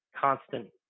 constant